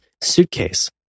suitcase